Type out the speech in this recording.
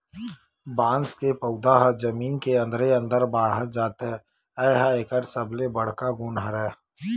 बांस के पउधा ह जमीन के अंदरे अंदर बाड़हत जाथे ए ह एकर सबले बड़का गुन हरय